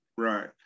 right